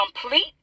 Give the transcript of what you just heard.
complete